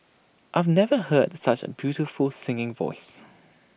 I've never heard such A beautiful singing voice